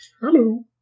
Hello